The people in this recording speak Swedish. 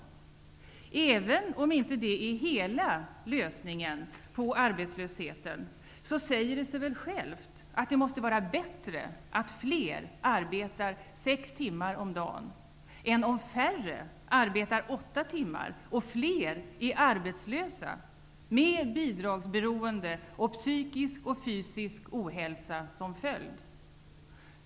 Även om det inte är hela lösningen på problemet med arbetslösheten säger det sig självt att det måste vara bättre att fler arbetar sex timmar om dagen än att färre arbetar åtta timmar om dagen och fler är arbetslösa, med bidragsberoende och psykisk och fysisk ohälsa som följd.